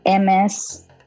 MS